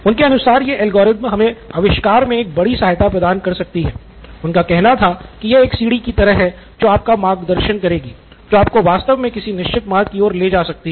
उनके अनुसार यह एल्गोरिथ्म हमे आविष्कार मे एक बड़ी सहायता प्रदान कर सकती है उनका कहना था की यह एक सीढ़ी की तरह हो सकती है जो आपका मार्गदर्शन करेगी जो आपको वास्तव में किसी निश्चित मार्ग की ओर ले जा सकती हैं